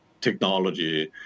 technology